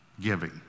giving